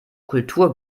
kultur